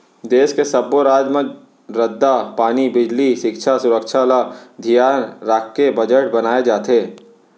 देस के सब्बो राज म रद्दा, पानी, बिजली, सिक्छा, सुरक्छा ल धियान राखके बजट बनाए जाथे